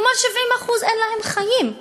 כלומר ל-70% אין חיים,